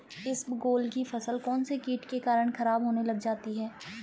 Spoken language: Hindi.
इसबगोल की फसल कौनसे कीट के कारण खराब होने लग जाती है?